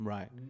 Right